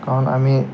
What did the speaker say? কাৰণ আমি